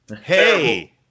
Hey